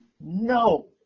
No